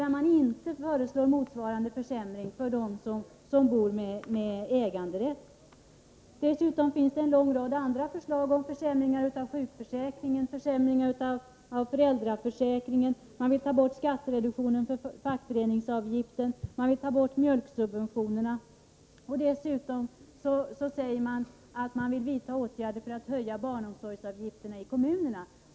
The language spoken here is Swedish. Däremot föreslår moderaterna inte motsvarande försämringar för dem som bor med äganderätt. Dessutom finns en lång rad andra förslag — om försämringar av sjukförsäkringen, försämring av föräldraförsäkringen osv. Moderaterna vill ta bort skattereduktionen för fackföreningsavgifter och mjölksubventionerna, och dessutom säger moderaterna att de vill vidta åtgärder för att höja barnomsorgsavgifterna i kommunerna.